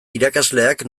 irakasleak